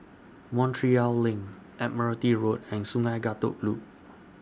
Montreal LINK Admiralty Road and Sungei Kadut Loop